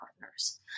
partners